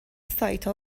سایتها